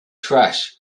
trash